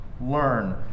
learn